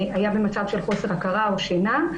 היה במצב של חוסר הכרה או שינה.